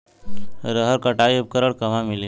रहर कटाई उपकरण कहवा मिली?